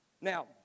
Now